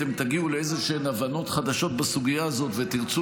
אתם תגיעו לאיזשהן הבנות חדשות בסוגיה הזאת ותרצו